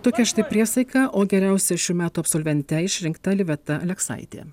tokia štai priesaika o geriausia šių metų absolvente išrinkta liveta aleksaitė